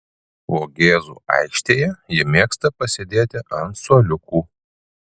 vogėzų aikštėje ji mėgsta pasėdėti ant suoliukų